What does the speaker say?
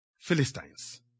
Philistines